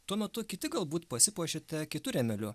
tuo metu kiti galbūt pasipuošėte kitu rėmeliu